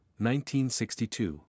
1962